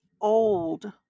old